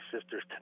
sister's